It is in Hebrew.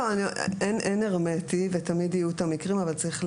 זה לא הרמטי, ותמיד יהיו מקרים, אבל צריך לאזן.